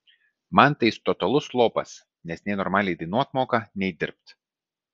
man tai jis totalus lopas nes nei normaliai dainuot moka nei dirbt